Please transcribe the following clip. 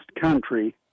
country